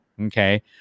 okay